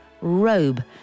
robe